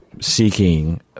seeking